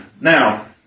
Now